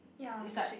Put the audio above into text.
ya I shake